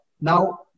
Now